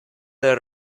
del